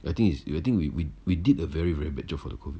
I think is I think we we we did a very very bad job for the COVID